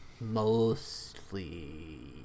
Mostly